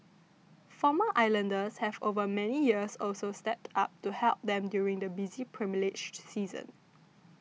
former islanders have over many years also stepped up to help them during the busy pilgrimage season